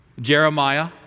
Jeremiah